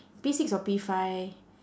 P six or P five